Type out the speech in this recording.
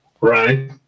Right